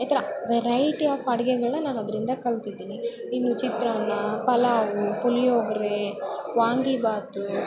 ಈ ಥರ variety of ಅಡಿಗೆಗಳ ನಾನು ಅದ್ರಿಂದ ಕಲ್ತಿದೀನಿ ಇನ್ನು ಚಿತ್ರಾನ್ನ ಪಲಾವು ಪುಳಿಯೋಗ್ರೇ ವಾಂಗಿಬಾತು